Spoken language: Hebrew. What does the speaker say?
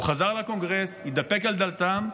הוא חזר לקונגרס, התדפק על דלתם,